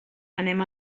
anem